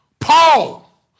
Paul